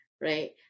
right